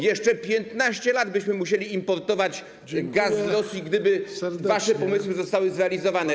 Jeszcze 15 lat byśmy musieli importować gaz z Rosji, gdyby wasze pomysły zostały zrealizowane.